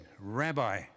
Rabbi